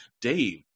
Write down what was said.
Dave